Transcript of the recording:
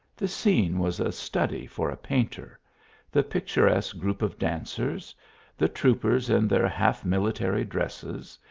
the scene was a study for a painter the picturesque group of dancers the troopers in their half military dresses,